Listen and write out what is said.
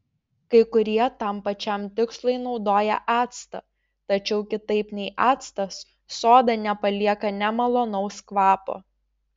kai kurie tam pačiam tikslui naudoja actą tačiau kitaip nei actas soda nepalieka nemalonaus kvapo